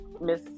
Miss